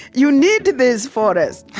you need this forest.